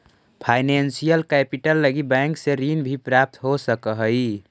financial capital लगी bank से ऋण भी प्राप्त हो सकऽ हई